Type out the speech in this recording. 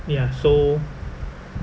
ya so